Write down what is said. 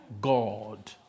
God